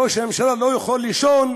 ראש הממשלה לא יכול לישון,